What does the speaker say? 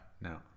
no